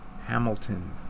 Hamilton